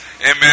Amen